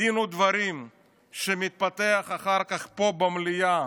בדין ודברים שמתפתח אחר כך פה במליאה